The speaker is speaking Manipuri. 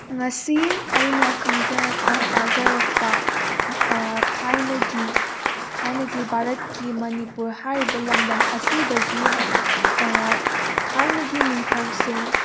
ꯉꯁꯤ ꯑꯩꯅ ꯈꯪꯖꯔꯛꯄ ꯇꯥꯖꯔꯛꯄ ꯊꯥꯏꯅꯒꯤ ꯊꯥꯏꯅꯒꯤ ꯚꯥꯔꯠꯀꯤ ꯃꯅꯤꯄꯨꯔ ꯍꯥꯏꯔꯤꯕ ꯂꯝꯗꯝ ꯑꯁꯤꯗꯒꯤ ꯊꯥꯏꯅꯒꯤ ꯅꯤꯡꯊꯧꯁꯤꯡ